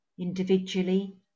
individually